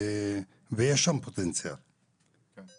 יש שם פוטנציאל במגזרים